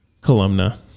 Columna